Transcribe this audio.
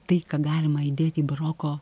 tai ką galima įdėti į baroko